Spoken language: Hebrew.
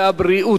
הרווחה והבריאות.